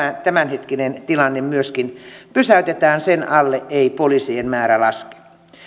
tämänhetkinen tilanne myöskin pysäytetään sen alle ei poliisien määrä laske